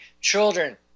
children